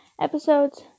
episodes